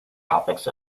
topics